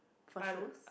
for shows